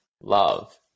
love